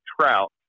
trout